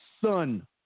son